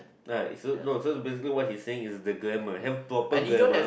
uh it's so so basically what he is saying the grammar have proper grammar